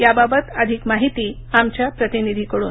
याबाबत अधिक माहिती आमच्या प्रतिनिधीकडून